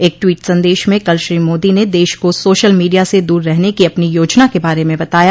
एक ट्वीट संदेश में कल श्री मोदी ने देश को सोशल मीडिया से दूर रहने की अपनी योजना के बारे में बताया